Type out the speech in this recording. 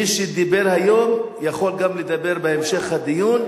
מי שידבר היום יכול לדבר גם בהמשך הדיון.